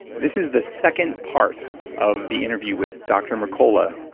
this is the second part of the interview with dr. mercola,